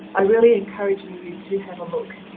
i really encourage you to have a look.